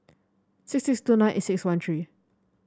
six six two nine eight six one three